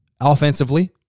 offensively